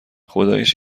خداییش